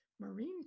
marine